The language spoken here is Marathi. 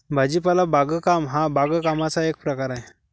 भाजीपाला बागकाम हा बागकामाचा एक प्रकार आहे